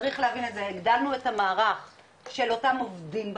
צריך להגיד את זה הגדלנו את המערכת של אותם עובדים ב-105,